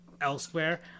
elsewhere